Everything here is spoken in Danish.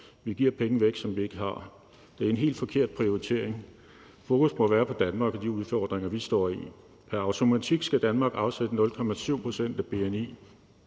Vi giver penge væk, som vi ikke har. Det er en helt forkert prioritering. Fokus må være på Danmark og de udfordringer, vi står med. Pr. automatik skal Danmark afsætte 0,7 pct. af bni